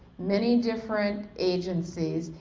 many different agencies,